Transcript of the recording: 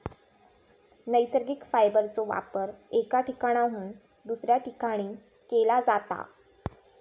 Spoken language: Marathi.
नैसर्गिक फायबरचो वापर एका ठिकाणाहून दुसऱ्या ठिकाणी केला जाता